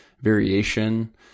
variation